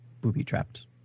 booby-trapped